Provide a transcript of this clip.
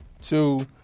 Two